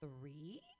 three